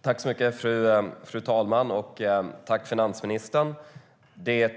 STYLEREF Kantrubrik \* MERGEFORMAT Svar på interpellationerFru talman! Tack, finansministern! Det